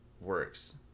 works